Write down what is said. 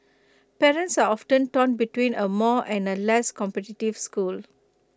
parents are often torn between A more and A less competitive school